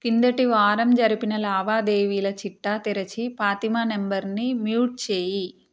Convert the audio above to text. కిందటి వారం జరిపిన లావాదేవీల చిట్టా తెరచి పాతిమా నెంబర్ని మ్యూట్ చేయి